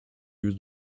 used